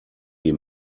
die